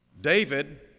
David